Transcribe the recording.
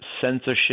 censorship